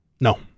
No